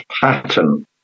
pattern